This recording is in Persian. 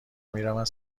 میروند